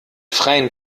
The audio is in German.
freien